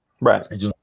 Right